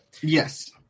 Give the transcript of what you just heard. Yes